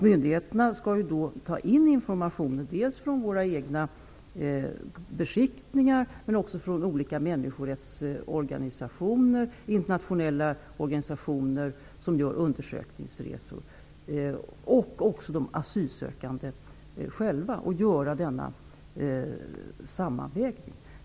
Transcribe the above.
Myndigheterna skall ta in information dels från våra egna beskickningar, dels från olika människorättsorganisationer, internationella organisationer som gör undersökningsresor, dels från de asylsökande själva. Sedan skall man göra en sammanvägning.